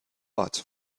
ort